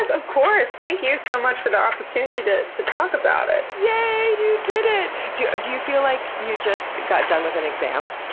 of course! thank you so much for the opportunity to to talk about it. yay! yeah you did it! do do you feel like you just got done with an exam?